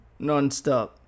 nonstop